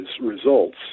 results